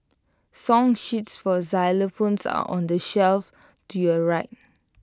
song sheets for xylophones are on the shelf to your right